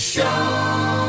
Show